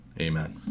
Amen